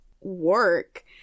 work